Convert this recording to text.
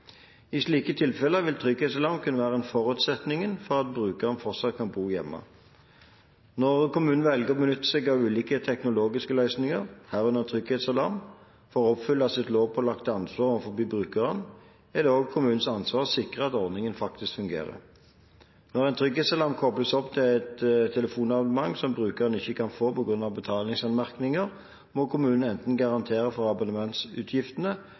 I slike tilfeller vil trygghetsalarm kunne være en forutsetning for at brukeren fortsatt kan bo hjemme. Når kommunen velger å benytte seg av ulike teknologiske løsninger, herunder trygghetsalarm, for å oppfylle sitt lovpålagte ansvar overfor brukeren, er det kommunens ansvar å sikre at ordningen faktisk fungerer. Når en trygghetsalarm kobles opp til et telefonabonnement som brukeren ikke kan få på grunn av betalingsanmerkninger, må kommunen enten garantere for abonnementsutgiftene,